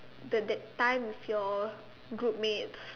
the that time with your group mates